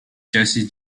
jesse